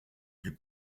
plus